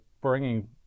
bringing